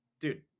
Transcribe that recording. dude